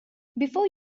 before